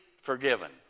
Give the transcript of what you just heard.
forgiven